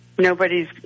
nobody's